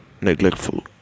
neglectful